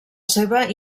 seva